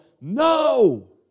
no